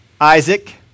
Isaac